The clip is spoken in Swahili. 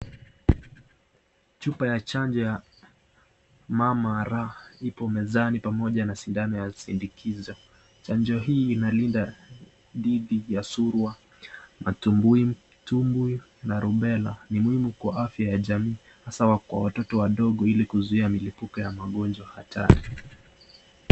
Chupa ya chanjo ya mamara hipo mezanj pamoja na sindano inayozindikiza chanjo hii inalinda dhidi thumbui na rubella kwa afya ya jamii hasaa kwa watoto wadogo ili kuzuia mlipuko wa wagonjwa harari.